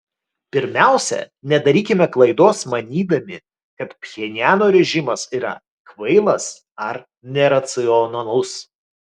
pirmiausia nedarykime klaidos manydami kad pchenjano režimas yra kvailas ar neracionalus